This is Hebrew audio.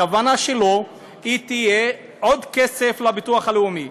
הכוונה שלה תהיה עוד כסף לביטוח הלאומי.